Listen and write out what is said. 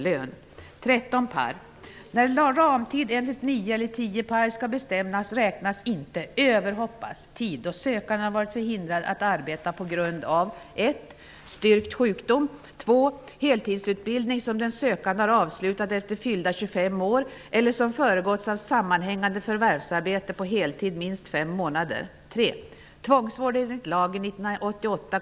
Eftersom det är fråga om så genomgripande förändringar anser jag att förslagen bör vara förankrade hos en bred majoritet. Förslagen kan lämpligen beredas i en stor parlamentarisk utredning.